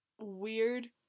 Weird